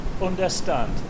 Understand